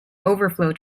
overflow